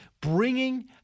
bringing